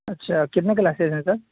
اچھا کتنے کلاسز ہیں سر